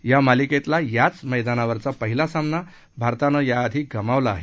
या मालिकेतला याच मैदानावरचा पहिला सामना भारतानं याआधी गमावला आहे